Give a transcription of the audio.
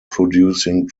producing